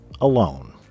alone